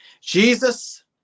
Jesus